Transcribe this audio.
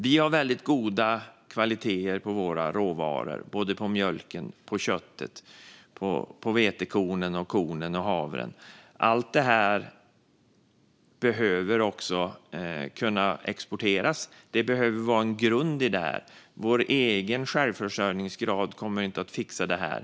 Vi har väldigt god kvalitet på våra råvaror, både på mjölken och på köttet och på vetekornen, kornen och havren. Allt det här behöver också kunna exporteras; det behöver vara en grund i detta. Vår egen självförsörjningsgrad kommer inte att fixa det här.